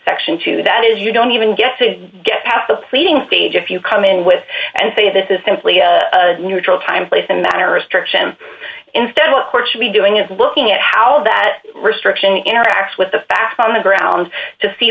section two that is you don't even get to get past the pleading stage if you come in with and say this is simply a neutral time place and manner restrictions instead what courts should be doing is looking at how that restriction interacts with the facts on the ground to see